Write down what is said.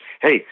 Hey